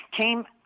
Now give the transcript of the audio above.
came